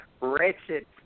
wretched